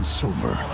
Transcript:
silver